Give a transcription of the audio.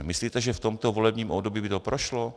Myslíte, že v tomhle volebním období by to prošlo?